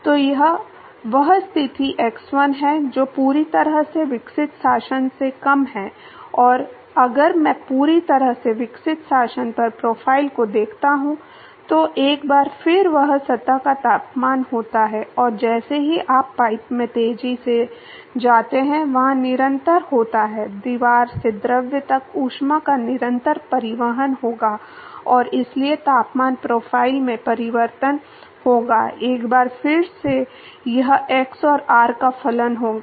तो यह वह स्थिति X1 है जो पूरी तरह से विकसित शासन से कम है और अगर मैं पूरी तरह से विकसित शासन पर प्रोफ़ाइल को देखता हूं तो एक बार फिर वह सतह का तापमान होता है और जैसे ही आप पाइप में तेजी से जाते हैं वहां निरंतर होता है दीवार से द्रव तक ऊष्मा का निरंतर परिवहन होगा और इसलिए तापमान प्रोफ़ाइल में परिवर्तन होगा एक बार फिर यह x और r का फलन होगा